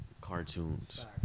cartoons